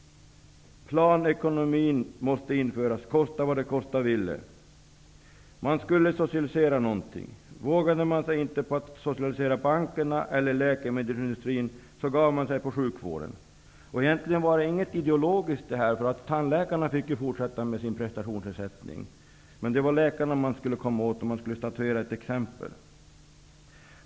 Planekonomin måste införas -- kosta vad det kosta ville. Man skulle socialisera någonting. När man inte vågade sig på att socialisera bankerna eller läkemedelsindustrin, gav man sig på sjukvården. Det låg egentligen inte någon ideologi bakom, därför att tandläkarna fick fortsätta med sin prestationsersättning. Man ville komma åt läkarna, och man skulle statuera exempel.